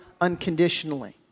unconditionally